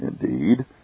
Indeed